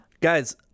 Guys